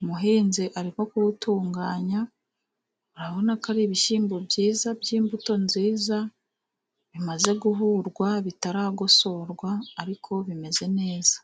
Umuhinzi arimo kuwutunganya, urabona ko ari ibishyimbo byiza by'imbuto nziza, bimaze guhurwa bitaragosorwa ariko bimeze neza.